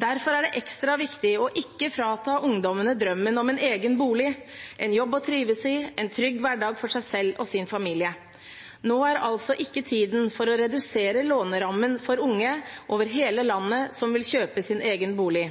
Derfor er det ekstra viktig å ikke frata ungdommene drømmen om en egen bolig, en jobb å trives i, en trygg hverdag for seg selv og sin familie. Nå er altså ikke tiden for å redusere lånerammen for unge over hele landet som vil kjøpe sin egen bolig.